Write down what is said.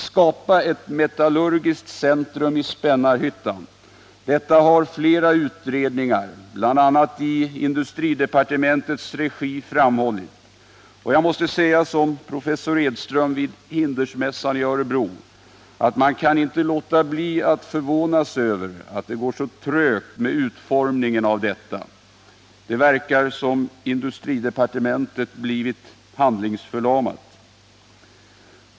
Skapa ett metallurgiskt centrum i Spännarhyttan! Detta har också flera utredningar, bl.a. utredningarna i industridepartementets regi framhållit. Jag måste säga som professor Edström gjorde vid Hindersmässan i Örebro att man inte kan låta bli att förvånas över att det går så trögt med utformningen av detta. Det verkar som om industridepartementet blivit handlingsförlamat.